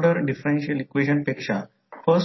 dot पासून दूर जाताना पहावे लागेल परंतु जरी येथे या बाजूला रेफरन्स पोलारिटी 1 असली तरी करंट डॉट पासून दूर जात आहे